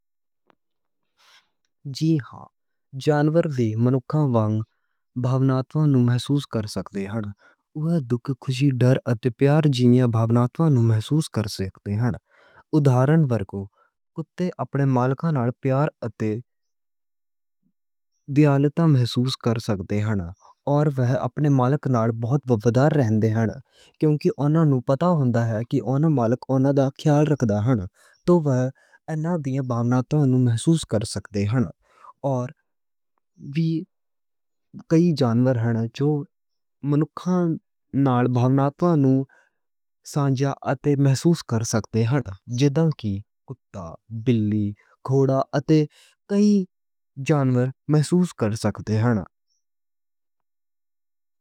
جی ہاں، جانور منکھاں ورگے بھاوناں نوں محسوس کر سکدے ہن۔ دکھ، خوشی، ڈر اتے پیار جیئں بھاوناں نوں محسوس کر سکدے ہن۔ ادھارن، بالکل تے کتے اپنے مالکاں نال پیار اتے دیالتا محسوس کر سکدے ہن۔ ہے یہ کہ انہاں نوں پتا ہوندا ہے کہ انہاں مالکاں نال اوہ انہاں دیاں بھاوناں نوں محسوس کر سکدے ہن۔ جیویں کہ کتا، بلی، گھوڑے تے کئی جانور محسوس کر سکدے ہن۔